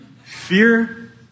Fear